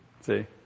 See